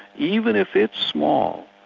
even if it's small,